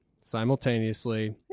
Simultaneously